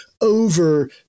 over